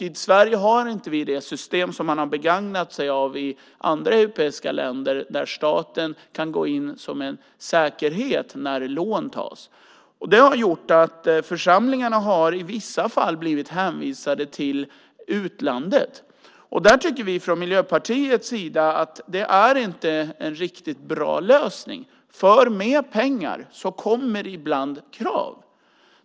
I Sverige har vi inte det system som andra europeiska länder har begagnat sig av där staten kan gå in som en säkerhet när lån tas. Det har gjort att församlingarna i vissa fall har blivit hänvisade till utlandet. Från Miljöpartiets sida tycker vi att det inte är en bra lösning, för med pengar kommer ibland krav.